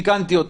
תיקנתי אותו.